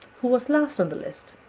who was last on the list,